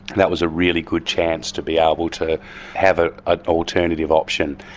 that was a really good chance to be able to have ah an alternative option.